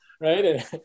right